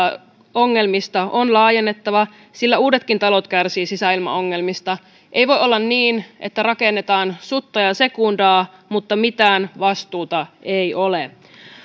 ongelmista on laajennettava sillä uudetkin talot kärsivät sisäilmaongelmista ei voi olla niin että rakennetaan sutta ja sekundaa mutta mitään vastuuta ei ole